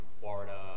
Florida